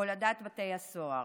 הולדת בית הסוהר",